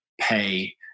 pay